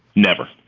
never.